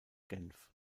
genf